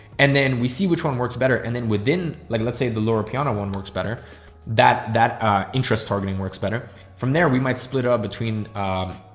and then we see which one works better. and then within like let's say the lower piano one works better that that our interest targeting works better from there, we might split up between, um,